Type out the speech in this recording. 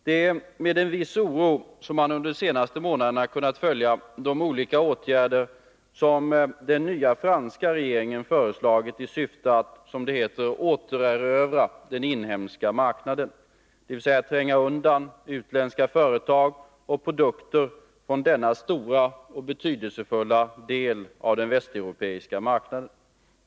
Det är med viss oro som man under de senaste månaderna har kunnat följa de olika åtgärder som den nya franska regeringen föreslagit i syfte att — som det heter — återerövra den inhemska marknaden, dvs. tränga undan utländska företag och produkter från denna stora och betydelsefulla del av den västeuropeiska marknaden.